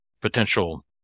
potential